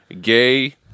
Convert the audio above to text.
gay